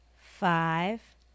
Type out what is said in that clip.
five